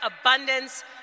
abundance